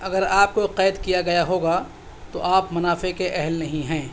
اگر آپ کو قید کیا گیا ہوگا تو آپ منافع کے اہل نہیں ہیں